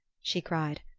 she cried,